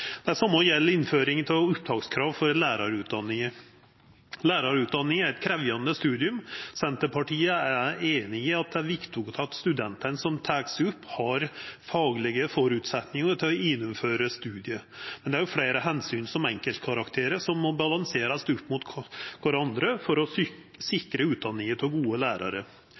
Det same gjeld innføring av opptakskrav for lærarutdanninga. Lærarutdanninga er eit krevjande studium. Senterpartiet er einig i at det er viktig at studentane som vert tekne opp, har faglege føresetnader til å gjennomføra studiet. Men det er fleire omsyn enn enkeltkarakterar som må balanserast opp mot kvarandre for å sikra utdanninga av gode lærarar.